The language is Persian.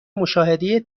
مشاهده